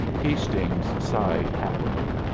hastings sighed happily.